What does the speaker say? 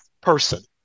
person